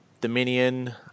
Dominion